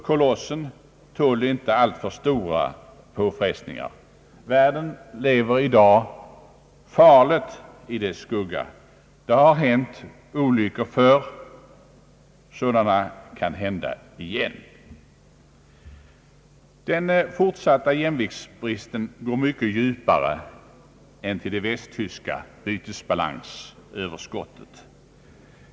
Kolossen tål inte alltför stora påfrestningar. Världen lever i dag farligt i dess skugga. Det har hänt olyckor förr, och det kan hända på nytt. Den fortsatta jämviktsbristen går mycket djupare än till det västtyska bytesbalansöverskottet.